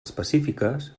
específiques